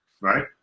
right